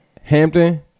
Hampton